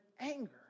anger